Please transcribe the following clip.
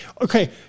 Okay